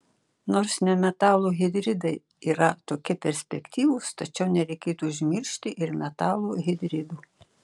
nors nemetalų hidridai yra tokie perspektyvūs tačiau nereikėtų užmiršti ir metalų hidridų